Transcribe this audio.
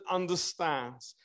understands